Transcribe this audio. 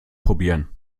probieren